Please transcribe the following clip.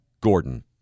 Gordon